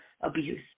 abuse